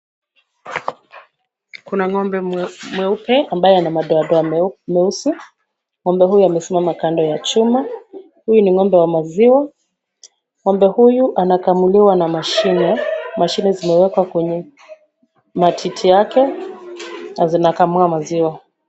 Kuna ng'ombe mweupe ambaye ana madoadoa meusi.Ng'ombe huyu amesimama kando ya chuma. Huyu ni ng'ombe wa maziwa, ng'ombe huyu anakamuliwa na mashine. Mashine zimewekwa kwenye matiti yake na zinakamua maziwa.